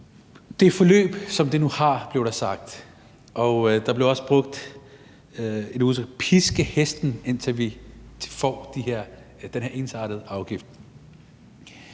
Det forløb, som det nu har – sådan blev der sagt, og der blev også brugt et udtryk om at »piske hesten«, indtil vi får den her ensartede afgift.